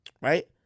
right